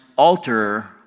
Alter